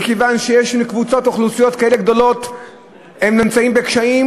מכיוון שכשקבוצות אוכלוסייה כאלה גדולות נמצאות בקשיים,